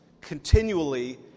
continually